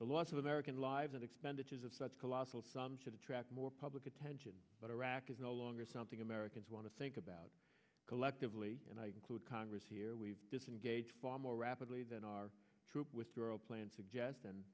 the loss of american lives and expenditures of such colossal some should attract more public attention but iraq is no longer something americans want to think about collectively and i conclude congress here we've disengaged far more rapidly than our troop withdrawal plan suggests and